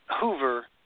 Hoover